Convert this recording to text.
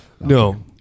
No